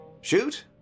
Shoot